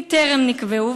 3. אם טרם נקבעו,